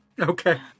Okay